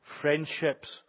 friendships